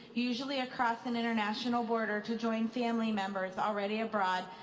usually across an international border, to join family members already abroad,